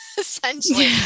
essentially